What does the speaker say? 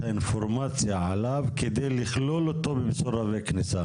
האינפורמציה עליו כדי לכלול אותו במסורבי כניסה.